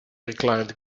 reclined